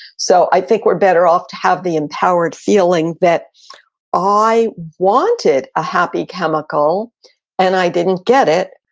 so i think we're better off to have the empowered feeling that i wanted a happy chemical and i didn't get it,